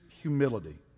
humility